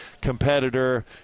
competitor